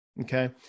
Okay